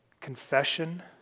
confession